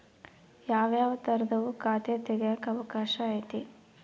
ಯಾವ್ಯಾವ ತರದುವು ಖಾತೆ ತೆಗೆಕ ಅವಕಾಶ ಐತೆ?